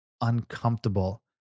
uncomfortable